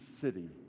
city